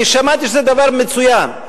שמעתי שזה דבר מצוין.